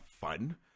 fun